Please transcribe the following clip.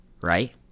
right